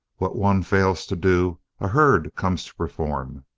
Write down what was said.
what one fails to do a herd comes to perform.